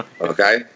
Okay